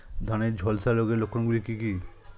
ধানের ঝলসা রোগের লক্ষণগুলি কি কি?